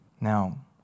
Now